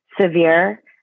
severe